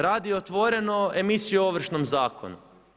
Radi otvoreno emisiju o Ovršnom zakonu.